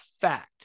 fact